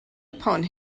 upon